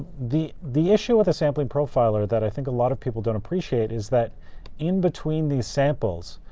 the the issue with a sampling profiler that i think a lot of people don't appreciate is that in between these samples,